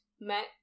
met